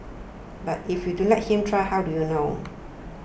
but if you do let him try how do you know